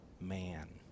man